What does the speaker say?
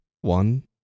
One